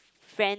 friend